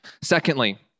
Secondly